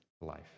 life